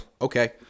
Okay